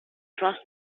trust